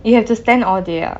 you have to stand all day ah